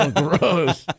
gross